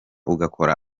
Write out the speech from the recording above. ugakora